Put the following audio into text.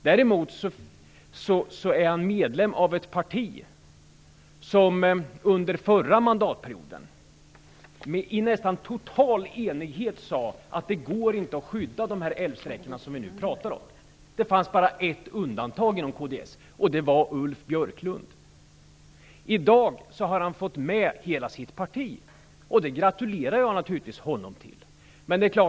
Däremot är han medlem av ett parti som under förra mandatperioden i nästan total enighet sade att det inte går att skydda de älvsträckor som vi nu pratar om. Det fanns bara ett undantag inom kds, nämligen Ulf Björklund. I dag har han fått med sig hela sitt parti, och det gratulerar jag naturligtvis honom till.